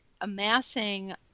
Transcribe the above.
amassing